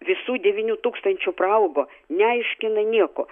visų devynių tūkstančių praaugo neaiškina nieko